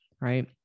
right